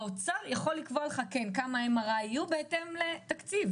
האוצר יכול לקבוע לך כמה MRI יהיו בהתאם לתקציב.